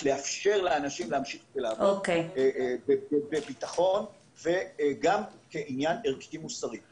לאפשר לאנשים להמשיך לעבוד בביטחון וגם כעניין ערכי מוסרי.